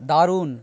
দারুন